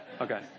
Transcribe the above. Okay